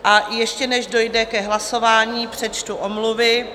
A ještě než dojde ke hlasování, přečtu omluvy.